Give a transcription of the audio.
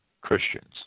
Christians